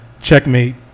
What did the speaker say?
checkmate